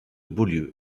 beaulieu